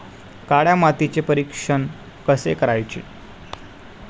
काळ्या मातीचे परीक्षण कसे करायचे?